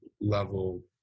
level